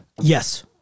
Yes